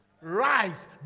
Rise